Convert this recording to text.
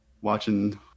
watching